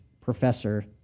professor